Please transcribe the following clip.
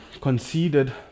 conceded